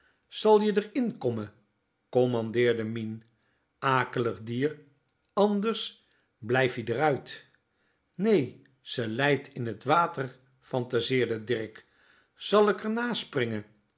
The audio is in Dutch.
zal je d'r in komme kommandeerde mien akelig dier anders blijf ie d'r uit nee se leit in t water phantaseerde dirk zal ik r